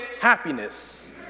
happiness